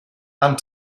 and